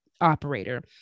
operator